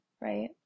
right